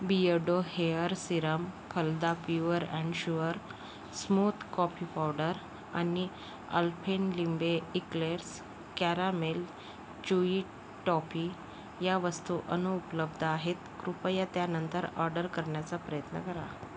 Beardo hair serum फलदा pure and sure smooth coffee powder आणि Alpenliebe eclairs caramel chewy toffee या वस्तू अनुपलब्ध आहेत कृपया त्या नंतर ऑर्डर करण्याचा प्रयत्न करा